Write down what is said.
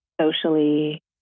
socially